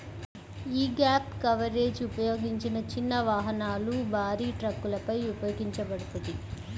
యీ gap coverage ఉపయోగించిన చిన్న వాహనాలు, భారీ ట్రక్కులపై ఉపయోగించబడతది